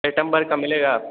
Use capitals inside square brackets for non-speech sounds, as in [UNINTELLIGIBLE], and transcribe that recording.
[UNINTELLIGIBLE] का मिलेगा